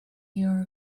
your